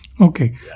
Okay